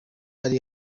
iri